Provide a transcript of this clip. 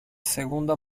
segunda